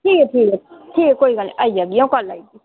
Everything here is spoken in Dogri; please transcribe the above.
ठीक ऐ ठीक ऐ कोई निं आई जाह्गी अं'ऊ कल्ल आई जाह्गी